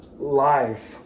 life